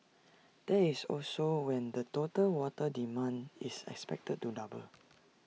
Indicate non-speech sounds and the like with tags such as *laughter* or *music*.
that is also when the total water demand *noise* is expected to double